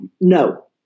no